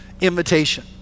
invitation